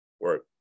work